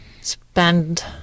spend